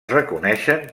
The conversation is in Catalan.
reconeixen